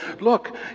look